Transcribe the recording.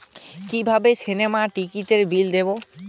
কিভাবে সিনেমার টিকিটের বিল দেবো?